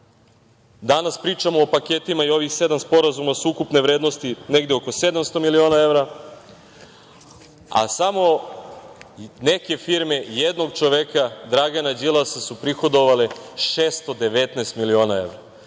Danas pričamo o paketima i ovih sedam sporazuma, ukupne su vrednosti negde oko 700 miliona evra, a samo neke firme jednog čoveka Dragana Đilasa su prihodovale 619 miliona